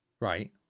Right